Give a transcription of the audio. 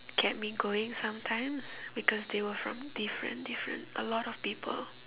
kept me going sometimes because they were from different different a lot of people